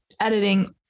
editing